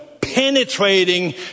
penetrating